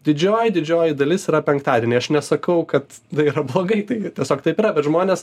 didžioji didžioji dalis yra penktadieniai aš nesakau kad tai yra blogai tai tiesiog taip yra bet žmonės